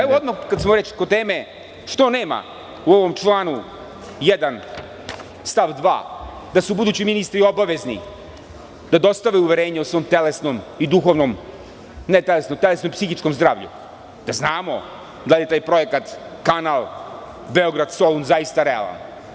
Evo odmah kada smo već kod teme, što nema u ovom članu 1. stav 2. da su budući ministri obavezni da dostave uverenje o svom telesnom i duhovnom, odnosno psihičkom zdravlju, da znamo da li je taj projekat kanal Beograd – Solun, zaista realan?